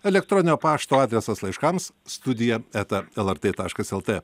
elektroninio pašto adresas laiškams studija eta lrt taškas lt